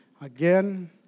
again